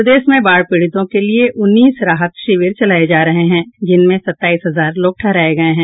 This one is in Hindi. प्रदेश में बाढ़ पीड़ितों के लिए उन्नीस राहत शिविर चलाये जा रहे हैं जिनमें सत्ताईस हजार लोग ठहराये गये हैं